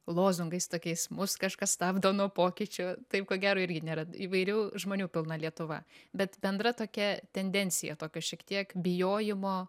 lozungais tokiais mus kažkas stabdo nuo pokyčių taip ko gero irgi nėra įvairių žmonių pilna lietuva bet bendra tokia tendencija tokio šiek tiek bijojimo